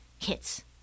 hits